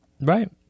Right